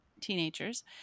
teenagers